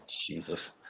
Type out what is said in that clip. Jesus